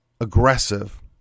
aggressive